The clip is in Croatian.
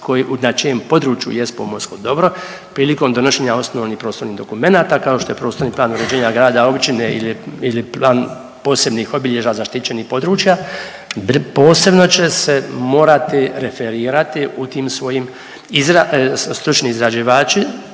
na čijem području jest pomorsko dobro, prilikom donošenja osnovnih prostornih dokumenata kao što je prostorni plan uređenja grada, općine ili plan posebnih obilježja zaštićenih područja posebno će se morati referirati u tim svojim stručni izrađivači